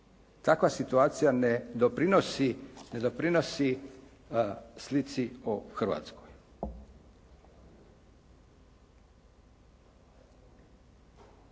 Takva situacija ne doprinosi slici o Hrvatskoj.